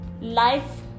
life